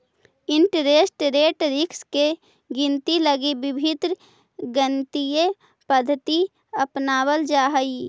interest rate risk के गिनती लगी विभिन्न गणितीय पद्धति अपनावल जा हई